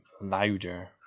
louder